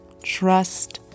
trust